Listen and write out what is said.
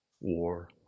war